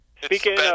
speaking